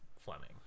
Fleming